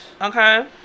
Okay